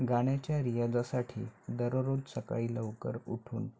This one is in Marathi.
गाण्याच्या रियाजासाठी दररोज सकाळी लवकर उठून